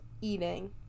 eating